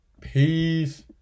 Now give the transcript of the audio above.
Peace